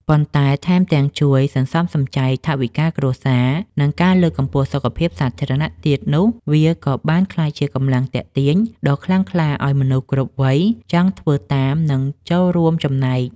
ប៉ុន្តែថែមទាំងជួយសន្សំសំចៃថវិកាគ្រួសារ និងលើកកម្ពស់សុខភាពសាធារណៈទៀតនោះ វាក៏បានក្លាយជាកម្លាំងទាក់ទាញដ៏ខ្លាំងក្លាឱ្យមនុស្សគ្រប់វ័យចង់ធ្វើតាម និងចូលរួមចំណែក។